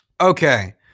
Okay